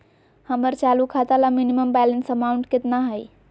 हमर चालू खाता ला मिनिमम बैलेंस अमाउंट केतना हइ?